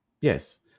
Yes